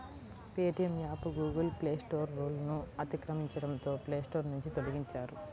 Paytm app Google Play Store రూల్స్ను అతిక్రమించడంతో Play Store నుంచి తొలగించారు